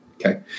okay